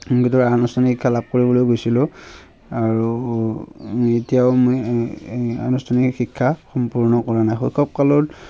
সংগীতৰ আনুষ্ঠানিক শিক্ষা লাভ কৰিবলৈ গৈছিলোঁ আৰু এতিয়াও মই আনুষ্ঠানিক শিক্ষা সম্পূৰ্ণ কৰা নাই শৈশৱ কালত